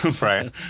Right